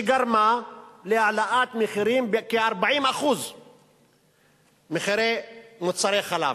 שגרמה להעלאת מחירים בכ-40% מחירי מוצרי חלב.